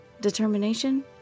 Determination